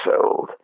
sold